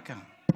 מה קרה?